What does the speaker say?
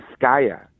Skaya